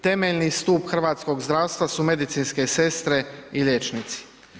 Temeljeni stup hrvatskog zdravstva su medicinske sestre i liječnici.